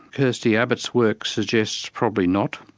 kirsti abbott's work suggest probably not.